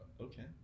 Okay